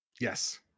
Yes